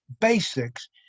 basics